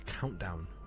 countdown